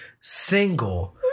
single